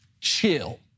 Chill